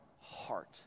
heart